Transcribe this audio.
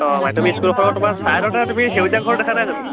অঁ মাধ্য়মিক স্কুলখনৰ তোমাৰ ছাইডতে তুমি সেউজীয়া ঘৰটো দেখা নাই জানো